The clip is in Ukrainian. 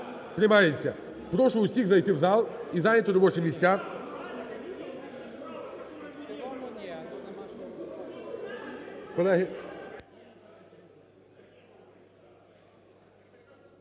Прошу всіх зайти в зал і зайняти робочі місця.